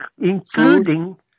including